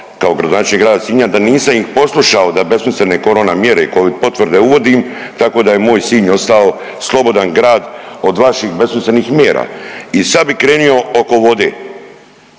kao gradonačelnik Grada Sinja da nisam ih poslušao da besmislene korona mjere i Covid potvrde uvodim tako da je moj Sinj ostao slobodan grad od vaših besmislenih mjera. I sad bih krenio oko vode.